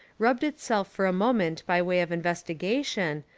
rubbed itself for a moment by way of inves tigation,